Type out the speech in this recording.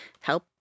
help